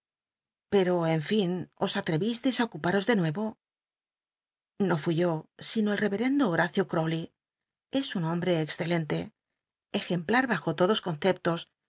pero en fin os alre ísteis á ocuparos de nuevo no fui yo sino el tevcrendo horacio ctowlct es un hombre excelente ejempla bajo lodos conceptos